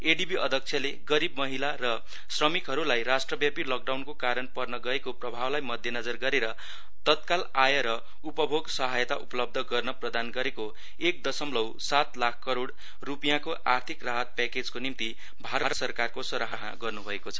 ADB अध्यक्षले गरीब महिला र श्रमिकहरूलाई राष्ट्रव्यापी लकडाउनको कारण पर्न गएको प्रभावलाई मध्य नजर गरेर तत्काल आय र उपभोग सहायता उपलब्ध गर्न प्रदान गरेको एक दसमलौ सात लाख करोइ रूपियाँको आर्थिक राहत प्याकेजको निम्ति भारत सरकारको सरहना गर्न् भएको छ